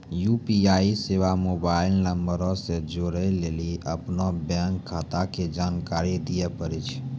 UPI सेबा mobile नंबरो से जोड़ै लेली अपनो बैंक खाता के जानकारी दिये पड़ै छै